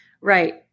Right